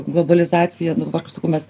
globalizacija dabar kaip sakau mes